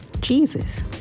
Jesus